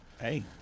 Hey